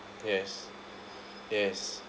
yes yes